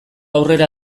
aurrera